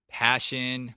passion